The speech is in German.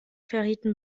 verrieten